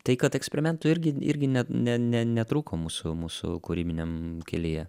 tai kad eksperimentų irgi irgi ne ne ne netrūko mūsų mūsų kūrybiniam kelyje